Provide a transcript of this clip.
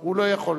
הוא לא יכול.